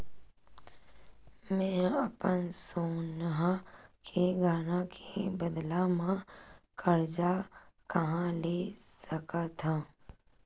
मेंहा अपन सोनहा के गहना के बदला मा कर्जा कहाँ ले सकथव?